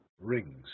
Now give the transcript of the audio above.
rings